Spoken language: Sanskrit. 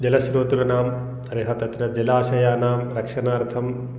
जलस्रोतृनां परिहारः तत्र जलाशयानां रक्षणार्थम्